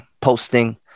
posting